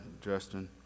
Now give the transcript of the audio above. Justin